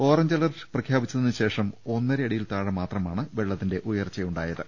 orange alert പ്രഖ്യാപിച്ചതിന് ശേഷം ഒന്നരയടിയിൽ താഴെ മാത്രമാണ് വെള്ള ത്തിന്റെ ഉയർച്ചയുണ്ടായത്